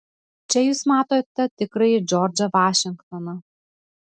čia jūs matote tikrąjį džordžą vašingtoną